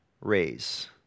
raise